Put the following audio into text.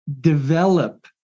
develop